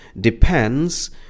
depends